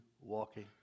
walking